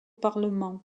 parlement